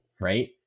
right